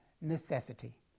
necessity